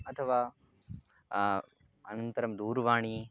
अथवा अनन्तरं दूरवाणीम्